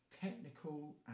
technical